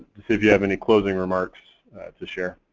to see if you have any closing remarks to share.